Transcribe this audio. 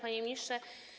Panie Ministrze!